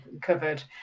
covered